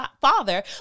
father